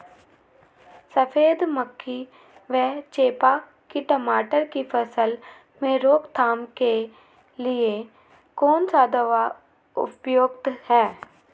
सफेद मक्खी व चेपा की टमाटर की फसल में रोकथाम के लिए कौन सा दवा उपयुक्त है?